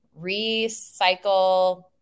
recycle